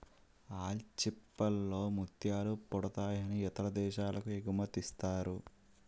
ఆల్చిచిప్పల్ లో ముత్యాలు పుడతాయి ఇతర దేశాలకి ఎగుమతిసేస్తారు